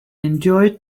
enjoyed